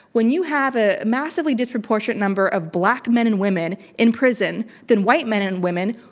when you have a massively disproportionate number of black men and women in prison than white men and women,